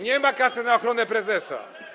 Nie ma kasy na ochronę prezesa.